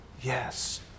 yes